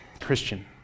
Christian